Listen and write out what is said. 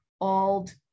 old